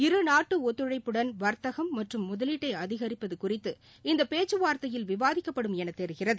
இருநாட்டு ஒத்துழைப்புடன் வர்த்தகம் மற்றும் முதலீட்டை அதிகரிப்பது குறித்து இந்த பேச்சுவார்த்தையில் விவாதிக்கப்படும் என தெரிகிறது